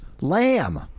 Lamb